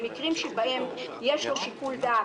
במקרים שבהם יש לו שיקול דעת,